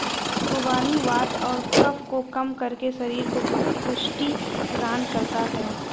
खुबानी वात और कफ को कम करके शरीर को पुष्टि प्रदान करता है